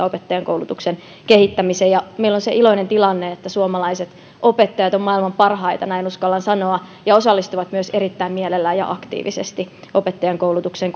opettajankoulutuksen kehittämiseen ja meillä on se iloinen tilanne että suomalaiset opettajat ovat maailman parhaita näin uskallan sanoa ja osallistuvat myös erittäin mielellään ja aktiivisesti opettajankoulutukseen